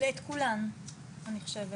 את כולן אני חושבת.